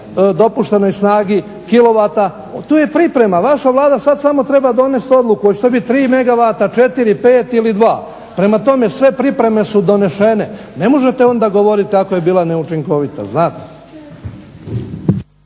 dopuštenoj snazi kilovata, tu je priprema. Vaša Vlada sad samo treba donijeti odluku hoće li to biti 3 megavata, 4, 5 ili 2. Prema tome, sve pripreme su donesene. Ne možete onda govoriti kako je bila neučinkovita znate.